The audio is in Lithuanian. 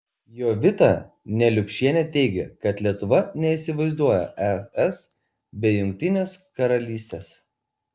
jovita neliupšienė teigia kad lietuva neįsivaizduoja es be jungtinės karalystės